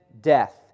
death